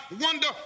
wonder